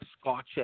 scotch